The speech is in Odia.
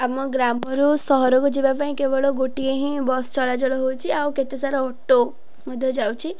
ଆମ ଗ୍ରାମରୁ ସହରକୁ ଯିବା ପାଇଁ କେବଳ ଗୋଟିଏ ହିଁ ବସ୍ ଚଳାଚଳ ହେଉଛି ଆଉ କେତେ ସାରା ଅଟୋ ମଧ୍ୟ ଯାଉଛି